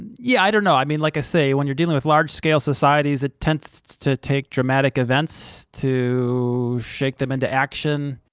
and yeah, i don't know, i mean, like i say, when you're dealing with large-scale societies, it tends to take dramatic events to shake them into action.